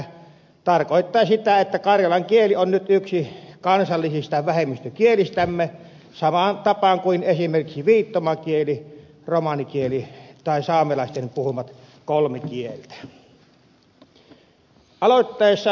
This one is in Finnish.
joulukuuta tarkoittaa sitä että karjalan kieli on nyt yksi kansallisista vähemmistökielistämme samaan tapaan kuin esimerkiksi viittomakieli romanikieli tai saamelaisten puhumat kolme kieltä